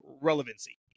relevancy